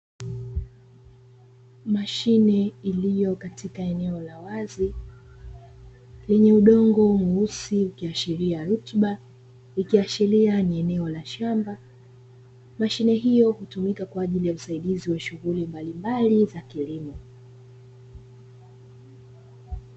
Mashine iliyo katika eneo la wazi lenye udongo mweusi ikiashiria rutuba, ikiashiria ni eneo la shamba. Mashine hiyo huyumika kwa ajili ya usaidizi wa shughuli mbalimbali za kilimo.